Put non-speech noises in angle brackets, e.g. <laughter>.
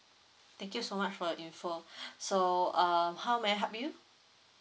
thank you so much for your info <breath> so err how may I help you